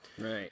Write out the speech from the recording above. Right